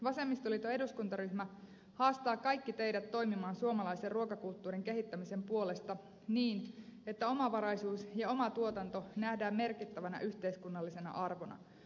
vasemmistoliiton eduskuntaryhmä haastaa kaikki teidät toimimaan suomalaisen ruokakulttuurin kehittämisen puolesta niin että omavaraisuus ja oma tuotanto nähdään merkittävänä yhteiskunnallisena arvona